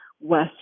west